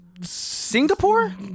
Singapore